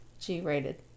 g-rated